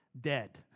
dead